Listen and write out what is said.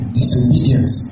disobedience